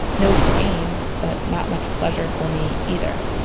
no pain, but not much pleasure for me either